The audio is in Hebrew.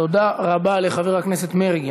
תודה רבה לחבר הכנסת מרגי.